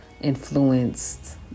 influenced